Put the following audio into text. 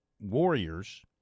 Warriors